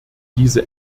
diese